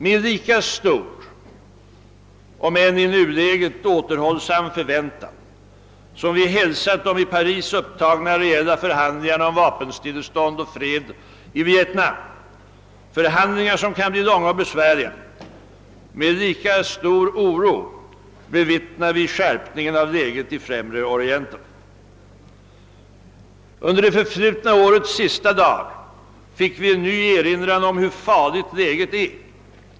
Vi har med stor, om än i nuläget återhållsam, förväntan hälsat de i Paris upptagna förhandlingarna om vapenstillestånd och fred i Vietnam — förhandlingar som kan bli långa och besvärliga — och med lika stor oro bevittnar vi nu skärpningen av läget i Främre Orienten. Under det förflutna årets sista dag fick vi en ny erinran om hur farligt läget är.